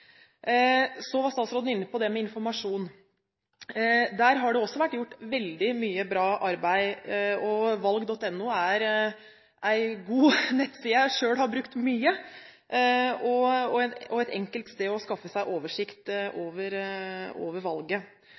Så var statsråden inne på det med informasjon: Der har det også vært gjort veldig mye bra arbeid, og «valg.no» er en god nettside jeg selv har brukt mye, og et enkelt sted å skaffe seg oversikt over valget.